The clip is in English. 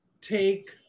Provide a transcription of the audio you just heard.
take